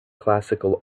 classical